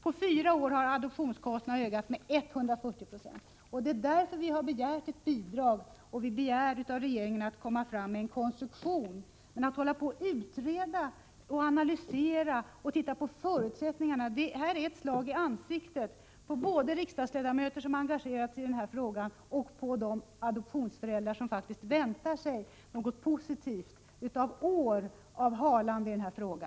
På fyra år har adoptionskostnaderna ökat med 140 92. Det är därför vi har begärt ett bidrag och begär att regeringen skall komma med förslag till en konstruktion. Men att hålla på att utreda och analysera förutsättningarna är ett slag i ansiktet på både de riksdagsledamöter som engagerat sig i frågan och de adoptivföräldrar som faktiskt väntar sig något positivt efter år av halande i denna fråga.